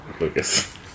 Lucas